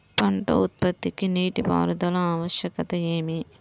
పంట ఉత్పత్తికి నీటిపారుదల ఆవశ్యకత ఏమి?